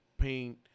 paint